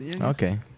Okay